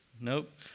Nope